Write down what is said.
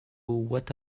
what